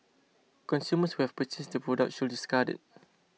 consumers who have purchased the product should discard it